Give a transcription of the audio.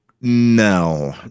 No